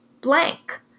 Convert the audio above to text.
blank